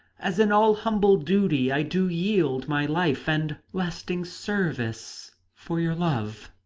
as in all humble duty i do yield my life and lasting service for your love.